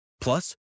Plus